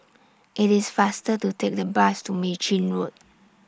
IT IS faster to Take The Bus to Mei Chin Road